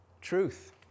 Truth